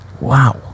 Wow